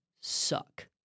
suck